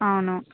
అవును